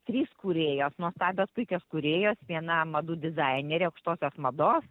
trys kūrėjos nuostabios puikios kūrėjos viena madų dizainerė aukštosios mados